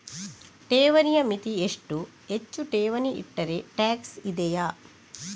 ಠೇವಣಿಯ ಮಿತಿ ಎಷ್ಟು, ಹೆಚ್ಚು ಠೇವಣಿ ಇಟ್ಟರೆ ಟ್ಯಾಕ್ಸ್ ಇದೆಯಾ?